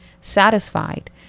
satisfied